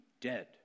dead